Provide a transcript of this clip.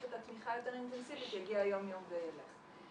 את התמיכה היותר אינטנסיבית יגיע יום-יום וילך.